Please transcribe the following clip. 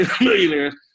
millionaires